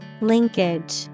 Linkage